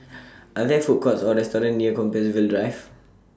Are There Food Courts Or restaurants near Compassvale Drive